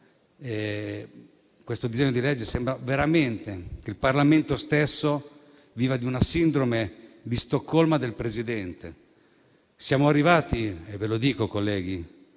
questo disegno di legge, sembra veramente che il Parlamento stesso viva di una sindrome di Stoccolma del Presidente. Siamo arrivati - ve lo dico, colleghi